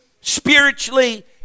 spiritually